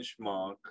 benchmark